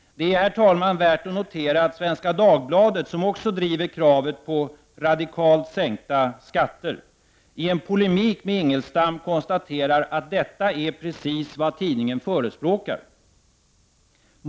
Herr talman! Det är värt att notera att Svenska Dagbladet, som också driver kravet på radikalt sänkta skatter, i en polemik med Ingelstam konstaterar att detta är precis vad tidningen förespråkar.